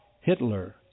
Hitler